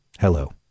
Hello